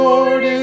Lord